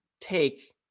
take